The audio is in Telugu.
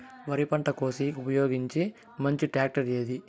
వరి పంట కోసేకి ఉపయోగించే మంచి టాక్టర్ ఏది?